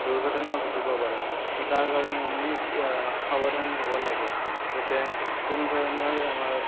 দুৰ্ঘটনাও ঘটিব পাৰে তো তাৰ কাৰণে আমি সাৱধান হ'ব লাগে যাতে কোনো ধৰণৰ আমাৰ